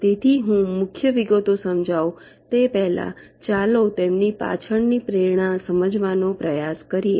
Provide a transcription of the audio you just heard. તેથી હું મુખ્ય વિગતો સમજાવું તે પહેલાં ચાલો તેની પાછળની પ્રેરણા સમજાવવાનો પ્રયાસ કરીએ